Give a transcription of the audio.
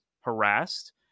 harassed